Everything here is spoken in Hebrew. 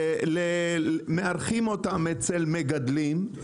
מארחים אותם אצל מגדלים,